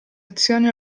azioni